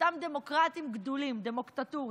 אותם דמוקרטים גדולים, דמוקטטורים.